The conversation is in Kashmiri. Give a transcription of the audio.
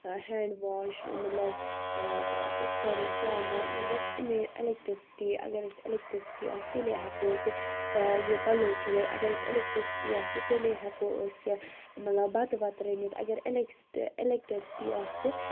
ہینڈ واش مطلب أسۍ کَرو سرٛان وان مطلب اَمے اَلیکٹرسِٹی اَگر اَسہِ اَلیکٹرسِٹی آسہِ تیلے ہٮ۪کو أسۍ یہِ پَلو چھٮ۪لِتھ اَگر اَسہِ اَلیکٹرسِٹی آسہِ تیٚلے ہٮ۪کو أسۍ مطلب بتہٕ وتہٕ رٔنِتھ اَگر اِلٮ۪کٹرس اَلیکٹرسِٹی آسہِ